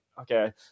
okay